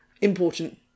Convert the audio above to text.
important